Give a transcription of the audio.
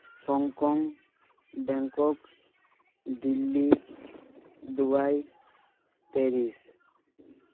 Hong Kong Bangkok Delhi Dubai Paris